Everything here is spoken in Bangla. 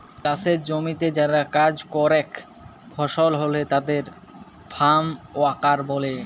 চাসের জমিতে যারা কাজ করেক ফসল ফলে তাদের ফার্ম ওয়ার্কার ব্যলে